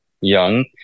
Young